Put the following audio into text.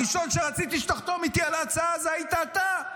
הראשון שרציתי שתחתום איתי על ההצעה היית אתה.